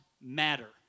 matter